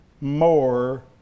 more